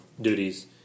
duties